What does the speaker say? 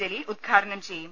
ജലീൽ ഉദ്ഘാടനം ചെയ്യും